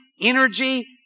energy